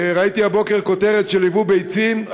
ראיתי הבוקר כותרת על יבוא ביצים,